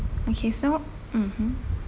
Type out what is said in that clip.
okay so mmhmm